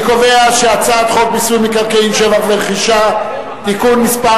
אני קובע שהצעת חוק מיסוי מקרקעין (שבח ורכישה) (תיקון מס'